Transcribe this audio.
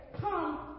come